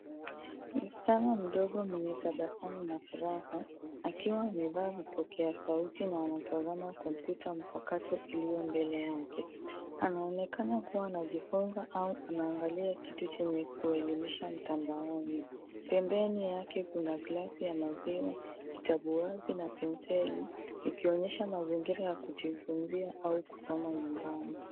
Mschana mdogo mwenye tabasamu na furaha akiwa amevaa vipokea sauti na anatazama kompyuta mpakato iliyo mbele yake. Anaonekana kuwa anajifunza au anaangalia kitu chenye kuelimisha mtandaoni. Pembeni yake kuna glasi ya maziwa, kitabu wazi na penseli ikionyesha mazingira ya kujifunzia au kusoma nyumbani.